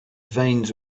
veins